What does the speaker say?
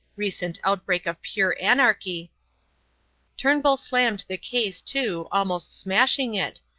recent outbreak of pure anarchy turnbull slammed the case to, almost smashing it,